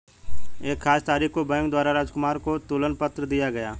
एक खास तारीख को बैंक द्वारा राजकुमार को तुलन पत्र दिया गया